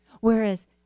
Whereas